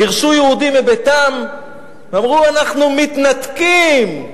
גירשו יהודים מביתם ואמרו: אנחנו מתנתקים,